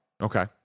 Okay